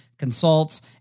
consults